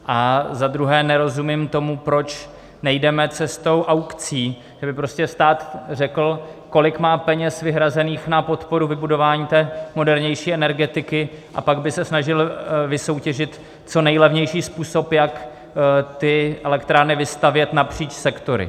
A za druhé nerozumím tomu, proč nejdeme cestou aukcí, že by prostě stát řekl, kolik má peněz vyhrazených na podporu vybudování té modernější energetiky, a pak by se snažil vysoutěžit co nejlevnější způsob, jak ty elektrárny vystavět napříč sektory.